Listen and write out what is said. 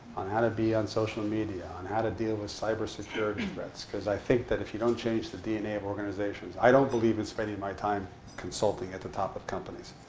on how to be on social media, on how to deal with cybersecurity threats. because i think that, if you don't change the dna of organizations, i don't believe in spending my time consulting at the top of companies.